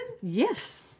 Yes